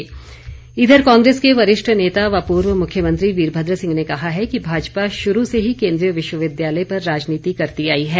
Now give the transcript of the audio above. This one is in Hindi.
वीरभद्र कांग्रेस के वरिष्ठ नेता व पूर्व मुख्यमंत्री वीरभद्र सिंह ने कहा है कि भाजपा शुरू से ही केंद्रीय विश्वविद्यालय पर राजनीति करती आई है